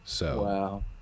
Wow